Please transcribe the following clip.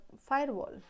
firewall